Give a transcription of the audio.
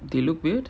they look weird